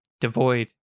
Devoid